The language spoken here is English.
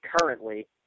currently